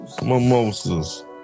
Mimosas